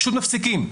פשוט מפסיקים.